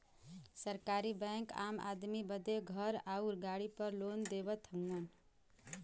सरकारी बैंक आम आदमी बदे घर आउर गाड़ी पर लोन देवत हउवन